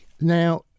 Now